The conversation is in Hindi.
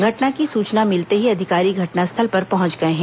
घटना की सूचना मिलते ही अधिकारी घटनास्थल पर पहुंच गए हैं